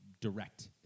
direct